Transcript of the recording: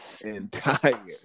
Entire